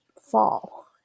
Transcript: fall